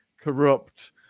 corrupt